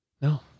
No